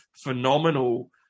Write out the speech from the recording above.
phenomenal